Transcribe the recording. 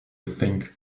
think